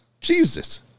Jesus